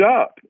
up